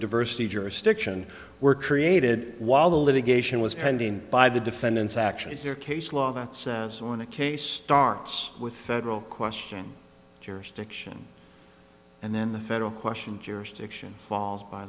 diversity jurisdiction were created while the litigation was pending by the defendants actually their case law that says on a case starts with federal question jurisdiction and then the federal question jurisdiction falls by